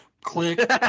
Click